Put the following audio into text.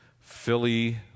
Philly